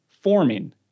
forming